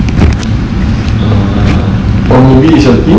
uh or maybe it's your earpiece